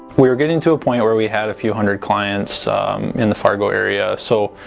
we are getting to a point where we had a few hundred clients in the fargo area so